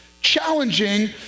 challenging